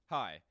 Hi